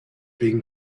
being